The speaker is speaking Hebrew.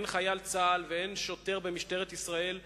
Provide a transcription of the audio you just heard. אין חייל צה"ל ואין שוטר במשטרת ישראל,